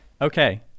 okay